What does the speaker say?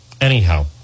Anyhow